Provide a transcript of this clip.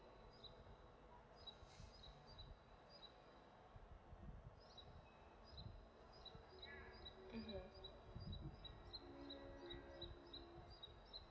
mmhmm